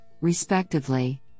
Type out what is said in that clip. respectively